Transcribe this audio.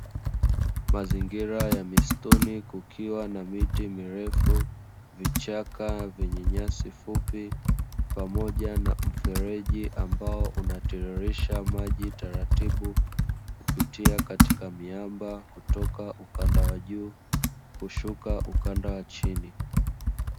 Mazingira ya mistuni kukiwa na miti mirefu vichaka venye nyasi fupi, pamoja na mfereji ambao unatiririsha maji taratibu kupitia katika miamba kutoka ukanda wa juu kushuka ukanda wa chini.